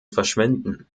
verschwinden